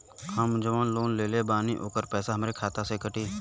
हम जवन लोन लेले बानी होकर पैसा हमरे खाते से कटी?